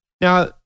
Now